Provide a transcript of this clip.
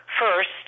first